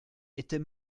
était